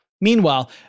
Meanwhile